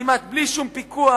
כמעט בלי שום פיקוח,